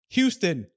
Houston